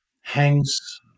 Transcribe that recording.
hangs